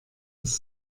das